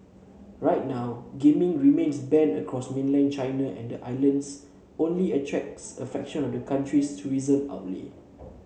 right now gaming remains banned across mainland China and the islands only attracts a fraction of the country's tourism outlay